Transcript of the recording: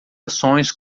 ações